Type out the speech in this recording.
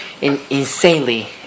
insanely